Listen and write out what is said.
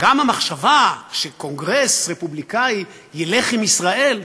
גם המחשבה שקונגרס רפובליקני ילך עם ישראל,